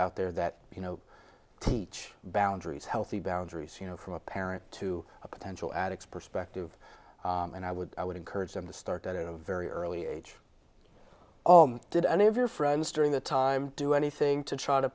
out there that you know teach boundaries healthy boundaries you know from a parent to a potential addicks perspective and i would i would encourage them to start at a very early age oh did any of your friends during that time do anything to try to